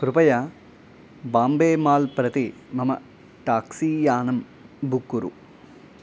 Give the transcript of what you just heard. कृपया बाम्बे माल् प्रति मम टाक्सी यानं बुक् कुरु